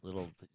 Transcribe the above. Little